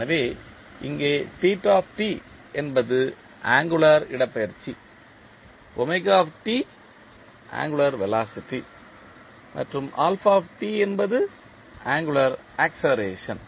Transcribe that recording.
எனவே இங்கே θ என்பது ஆங்குளர் இடப்பெயர்ச்சி ஆங்குளர் வெலாசிட்டி மற்றும் என்பது ஆங்குளர் ஆக்ஸெலரேஷன்